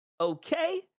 okay